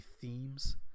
themes